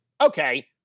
Okay